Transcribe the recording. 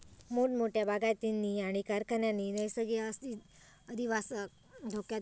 मोठमोठ्या बागायतींनी आणि कारखान्यांनी नैसर्गिक अधिवासाक धोक्यात घातल्यानी